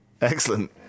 Excellent